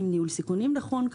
כמובן עם ניהול סיכונים נכון.